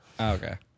okay